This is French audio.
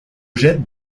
jette